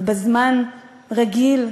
ובזמן רגיל,